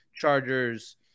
Chargers